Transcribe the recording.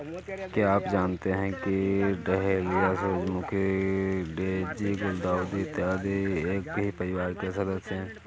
क्या आप जानते हैं कि डहेलिया, सूरजमुखी, डेजी, गुलदाउदी इत्यादि एक ही परिवार के सदस्य हैं